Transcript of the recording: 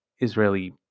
Israeli